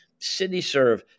CityServe